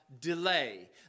Delay